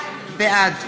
בעד